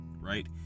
Right